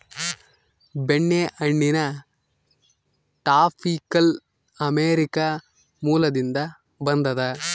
ಬೆಣ್ಣೆಹಣ್ಣಿನ tropical America ಮೂಲದಿಂದ ಬಂದದ